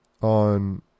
on